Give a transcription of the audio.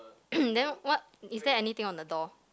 then what is there anything on the door